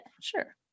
sure